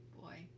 Boy